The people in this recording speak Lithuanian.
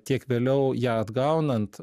tiek vėliau ją atgaunant